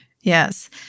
yes